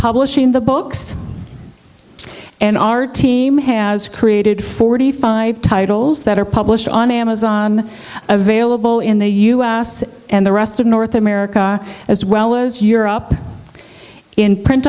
publishing the books and our team has created forty five titles that are published on amazon available in the us and the rest of north america as well as year up in print